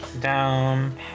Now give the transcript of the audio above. Down